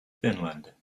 finland